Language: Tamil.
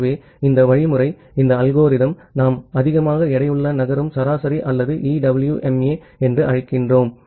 ஆகவே இந்த வழிமுறை இந்த அல்கோரிதம் நாம் அதிவேகமாக எடையுள்ள நகரும் சராசரி அல்லது EWMA என்று அழைக்கிறோம்